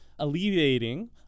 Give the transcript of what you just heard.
Alleviating